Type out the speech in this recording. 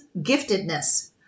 giftedness